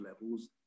levels